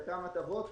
חלקם הטבות,